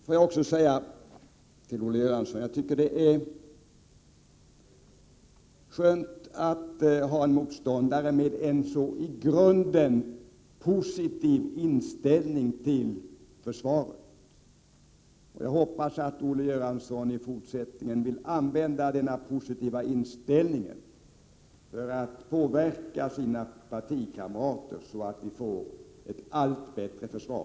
Låt mig också säga till Olle Göransson att jag tycker att det är skönt att ha en motståndare med'en i grunden så positiv inställning till försvaret. Jag hoppas att Olle Göransson i fortsättningen vill använda sig av denna positiva inställning för att påverka sina partikamrater, så att vi får ett allt bättre försvar.